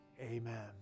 amen